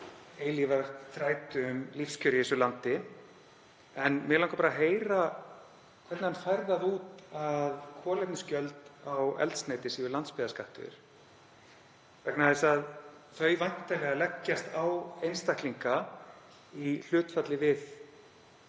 eilífðarþrætu um lífskjör í þessu landi. En mig langar bara að heyra hvernig hann fær það út að kolefnisgjald á eldsneyti sé landsbyggðarskattur vegna þess að þau leggjast væntanlega á einstaklinga í hlutfalli við